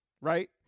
right